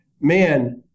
man